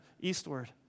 eastward